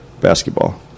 basketball